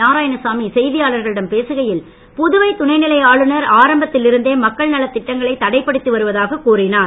நாராயணசாமி செய்தியாளர்களிடம் பேசுகையில் புதுவை துணை நிலை ஆளுநர் ஆரம்பத்தில் இருந்தே மக்கள் நலத் திட்டங்களை தடைப்படுத்தி வருவதாக கூறினார்